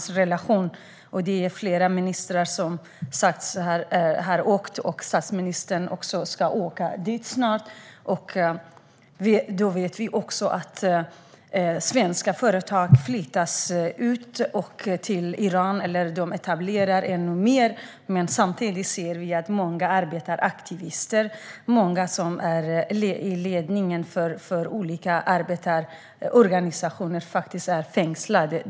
Som sagt är det flera ministrar som har besökt Iran, och också statsministern ska åka dit snart. Vi vet också att svenska företag flyttar till Iran eller ökar sin etablering där. Samtidigt ser vi att många aktivister och personer i ledningen för arbetarorganisationer är fängslade.